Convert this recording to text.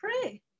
pray